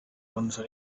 once